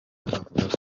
avuga